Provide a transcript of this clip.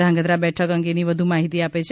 ધ્રાંગ્રધા બેઠક અંગેની વધુ માહિતી આપી છે